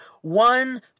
one